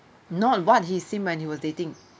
not what he seemed when he was dating